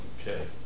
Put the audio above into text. Okay